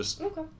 Okay